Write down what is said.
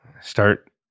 start